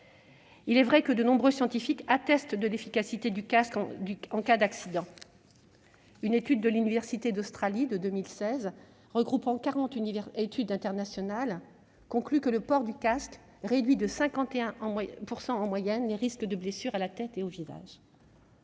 Il est vrai que de nombreux scientifiques attestent de l'efficacité du casque en cas d'accident. Une étude de l'université d'Australie de 2016, regroupant 40 études internationales, conclut que le port du casque réduit de 51 %, en moyenne, les risques de blessures à la tête et au visage.